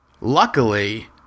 Luckily